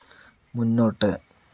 മുന്നോട്ട്